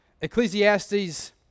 Ecclesiastes